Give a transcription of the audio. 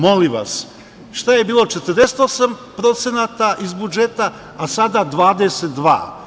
Molim vas, šta je bilo 48% iz budžeta, a sada 22%